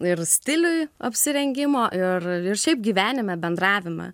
ir stiliui apsirengimo ir šiaip gyvenime bendravime